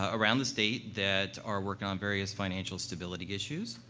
ah around the state that are working on various financial stability issues.